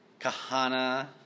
Kahana